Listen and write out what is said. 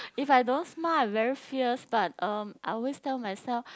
if I don't smile I very fierce but um I always tell myself